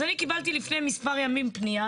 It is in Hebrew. אז אני קיבלתי לפני כמה ימים פנייה,